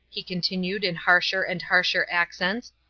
he continued in harsher and harsher accents,